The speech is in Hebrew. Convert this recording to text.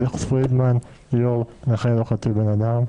אלכס פרידמן, יושב-ראש עמותת "נכה לא חצי בן אדם".